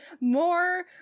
more